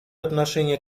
отношение